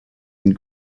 and